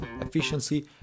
efficiency